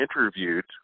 interviewed